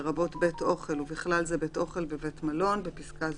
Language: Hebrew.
לרבות בית אוכל ובכלל זה בית אוכל בבית מלון (בפסקה זו,